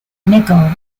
nickel